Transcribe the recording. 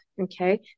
okay